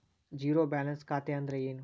Zero balance ಖಾತೆ ಅಂದ್ರೆ ಏನು?